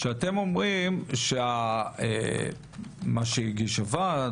כשאתם אומרים מה שהגיש הוועד,